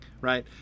right